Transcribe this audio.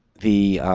the,